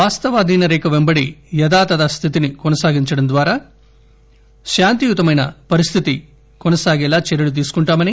వాస్తవాధీన రేఖ పెంబడి యథాతథ స్దితిని కొనసాగించడం ద్వారా శాంతియుతమైన పరిస్థితి కొనసాగేలా చర్యలు తీసుకుంటామన్నారు